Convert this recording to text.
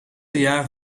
jaar